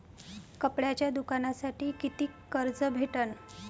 कापडाच्या दुकानासाठी कितीक कर्ज भेटन?